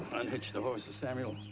unhitch the horses, samuel.